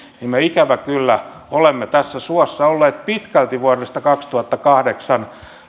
ja me ikävä kyllä olemme tässä suossa olleet pitkälti vuodesta kaksituhattakahdeksan